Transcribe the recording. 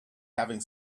having